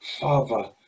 father